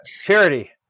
charity